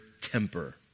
temper